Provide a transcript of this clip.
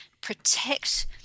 protect